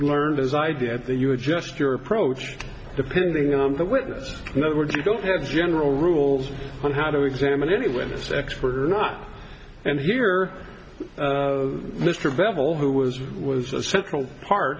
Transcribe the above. learned as i did that you were just your approach depending on the witness in other words you don't have general rules on how to examine any witness expert or not and here mr bevil who was was a central part